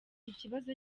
ikibazo